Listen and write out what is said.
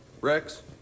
Rex